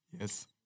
yes